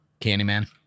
Candyman